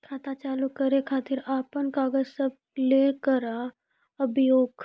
खाता चालू करै खातिर आपन कागज सब लै कऽ आबयोक?